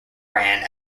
ran